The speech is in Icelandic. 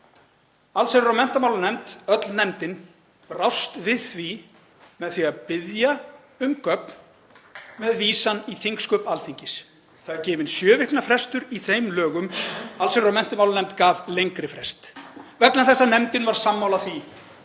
Allsherjar- og menntamálanefnd, öll nefndin, brást við því með því að biðja um gögn með vísan í þingsköp Alþingis. Það er gefinn sjö daga frestur í þeim lögum. Allsherjar- og menntamálanefnd gaf lengri frest vegna þess að nefndin var sammála því